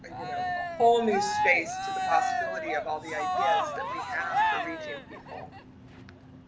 you know, a whole new space to the possibility of all the ideas that we have for reaching people.